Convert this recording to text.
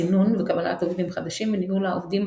סינון וקבלת עובדים חדשים וניהול העובדים